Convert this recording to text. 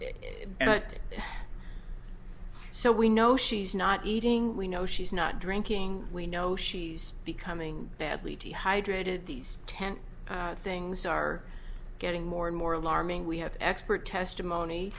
well so we know she's not eating we know she's not drinking we know she's becoming badly to be hydrated these ten things are getting more and more alarming we have expert testimony